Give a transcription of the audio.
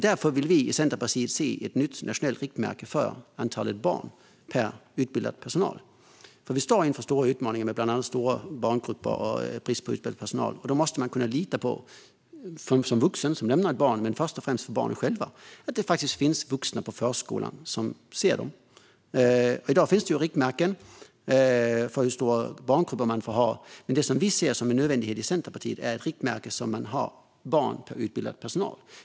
Därför vill vi i Centerpartiet se ett nytt nationellt riktmärke för antalet barn per utbildad personal. Vi står inför stora utmaningar med bland annat stora barngrupper och brist på utbildad personal. Vuxna som lämnar sina barn men först och främst barnen själva måste kunna lita på att det finns vuxna på förskolan som ser dem. I dag finns det riktmärken för hur stora barngrupper man får ha. Men det vi i Centerpartiet ser som en nödvändighet är ett riktmärke för antalet barn per utbildad personal.